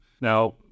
Now